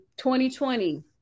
2020